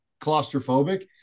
claustrophobic